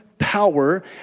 power